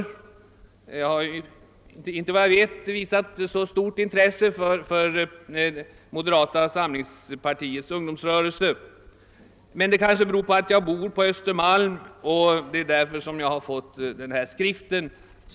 Vad jag vet har jag inte visat särskilt stort intresse för moderata samlingspartiets ungdomsrörelse. Kanske beror vänligheten på att jag bor på Östermalm, där också en del av mina kamrater har fått samma skrift.